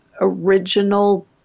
original